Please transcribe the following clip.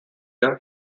year